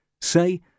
Say